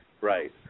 Right